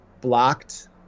blocked